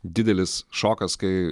didelis šokas kai